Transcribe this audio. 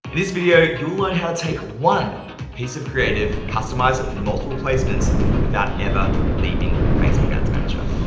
this video, you'll learn how to take one piece of creative, customize it from multiple placements without ever leaving facebook ads manager.